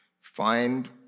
find